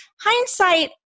Hindsight